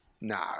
No